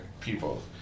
people